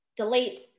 delete